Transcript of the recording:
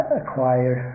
acquire